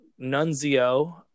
Nunzio